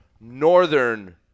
Northern